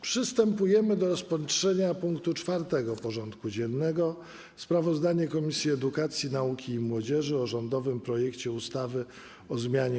Przystępujemy do rozpatrzenia punktu 4. porządku dziennego: Sprawozdanie Komisji Edukacji, Nauki i Młodzieży o rządowym projekcie ustawy o zmianie